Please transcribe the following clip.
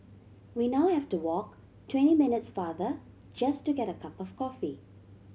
we now have to walk twenty minutes farther just to get a cup of coffee